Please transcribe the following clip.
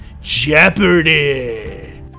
Jeopardy